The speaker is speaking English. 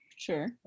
sure